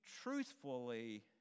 truthfully